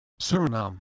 Suriname